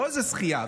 לא איזו זכייה,